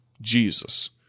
Jesus